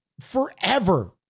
forever